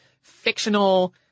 fictional